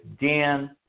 Dan